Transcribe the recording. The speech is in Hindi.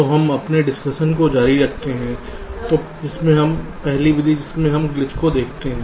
तो हम अपने डिस्कशन जारी रखते हैं तो पहली विधि जिसमें हम ग्लिच को देखते हैं है